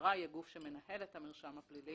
המשטרה היא הגוף שמנהל את המרשם הפלילי.